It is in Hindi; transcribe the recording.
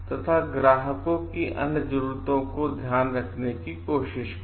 तथा ग्राहक की अन्य जरूरतों का ध्यान रखने की कोशिश करें